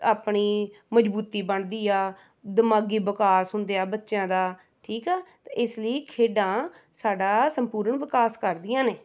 ਆਪਣੀ ਮਜ਼ਬੂਤੀ ਬਣਦੀ ਆ ਦਿਮਾਗੀ ਵਿਕਾਸ ਹੁੰਦੇ ਹੈ ਬੱਚਿਆਂ ਦਾ ਠੀਕ ਆ ਇਸ ਲਈ ਖੇਡਾਂ ਸਾਡਾ ਸੰਪੂਰਨ ਵਿਕਾਸ ਕਰਦੀਆਂ ਨੇ